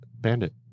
bandit